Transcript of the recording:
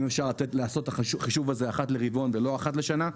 אם אפשר לעשות את החישוב הזה אחד לרבעון ולא אחת לשנה.